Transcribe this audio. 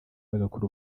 bagakora